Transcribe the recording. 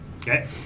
Okay